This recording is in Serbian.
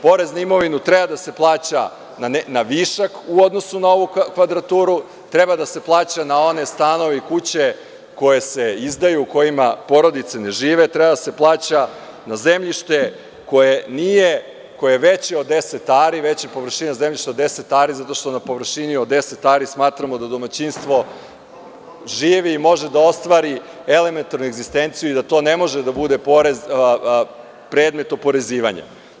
Porez na imovinu treba da se plaća na višak u odnosu na ovu kvadraturu, treba da se plaća na one stanove i kuće koje se izdaju u kojima porodice ne žive, treba da se plaća na zemljište koje je veće od 10 ari, veće površine od 10 ari, zato što na površini od 10 ari smatramo da domaćinstvo živi i može da ostvari elementarnu egzistenciju i da to ne može da bude predmet oporezivanja.